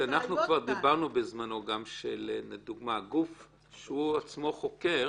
אנחנו כבר דיברנו בזמנו שגוף שהוא עצמו חוקר,